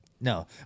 No